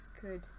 good